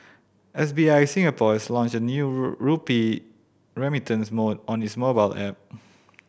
S B I Singapore has launched a new rupee remittance mode on its mobile app